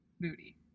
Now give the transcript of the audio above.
booty